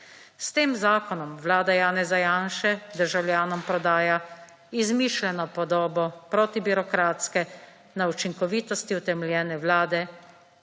S tem zakonom Vlada Janeza Janše državljanov prodaja izmišljeno podobo protibirokratske na učinkovitosti utemeljene Vlade,